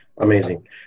amazing